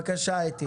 בבקשה, אתי.